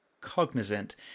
cognizant